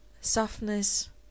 softness